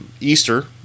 Easter